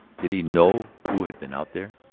did he know who had been out there?